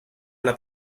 alla